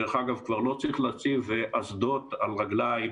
דרך אגב, כבר לא צריך להציב אסדות על רגליים,